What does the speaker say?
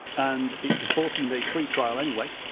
and it's a fourteen day free trial anyway,